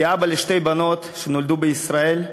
כאבא לשתי בנות שנולדו בישראל,